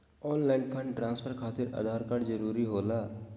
Online fund transfer खातिर Aadhaar card जरूरी होला?